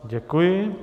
Děkuji.